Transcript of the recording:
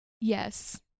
Yes